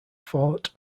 fort